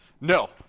No